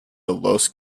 los